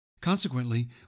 consequently